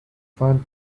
find